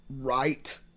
right